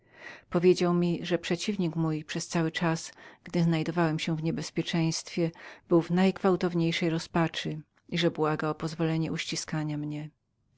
powiedział mi że przeciwnik mój przez cały czas mego niebezpieczeństwa był w najgwałtowniejszej rozpaczy i że błagał o pozwolenie uściskania mnie